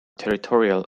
territorial